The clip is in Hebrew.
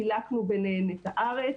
חילקנו ביניהן את הארץ